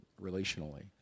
relationally